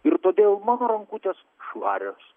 ir todėl mano rankutės švarios